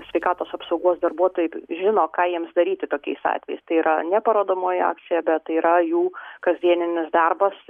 sveikatos apsaugos darbuotojai žino ką jiems daryti tokiais atvejais tai yra ne parodomoji akcija bet tai yra jų kasdieninis darbas